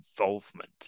involvement